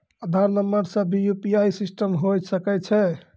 आधार नंबर से भी यु.पी.आई सिस्टम होय सकैय छै?